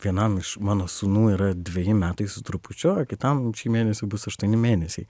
vienam iš mano sūnų yra dveji metai su trupučiu o kitam šį mėnesį bus aštuoni mėnesiai